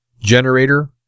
generator